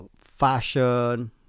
fashion